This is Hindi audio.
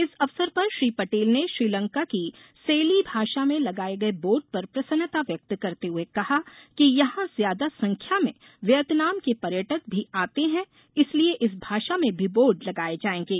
इस अवसर पर श्री पटेल ने श्रीलंका की सेली भाषा मे लगाए गये बोर्ड पर प्रसन्नता व्यक्त करते हुए कहा कि यहां ज्यादा संख्या में वियतनाम के पर्यटक भी आते है इसलिए इस भाषा मे भी बोर्ड लगाये जायेगे